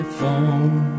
phone